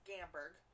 Gamberg